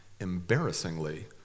Embarrassingly